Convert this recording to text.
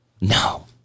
no